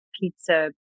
pizza